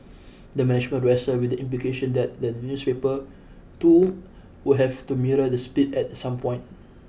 the management wrestled with the implication that the newspaper too would have to mirror the split at some point